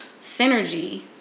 synergy